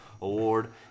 Award